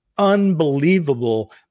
unbelievable